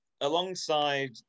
Alongside